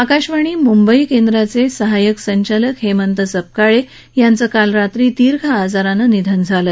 आकाशवाणी मुंबई केंद्राचे सहाय्यक संचालक हेमंत सपकाळे याचं काल रात्री दिर्घ आजारानं निधन झालं